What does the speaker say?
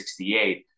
1968